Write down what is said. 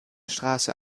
straße